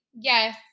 yes